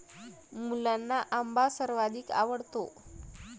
मुलांना आंबा सर्वाधिक आवडतो